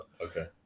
Okay